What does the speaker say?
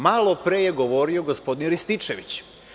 Malopre je govorio gospodin Rističević.